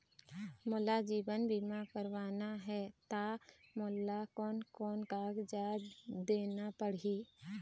मोला जीवन बीमा करवाना हे ता मोला कोन कोन कागजात देना पड़ही?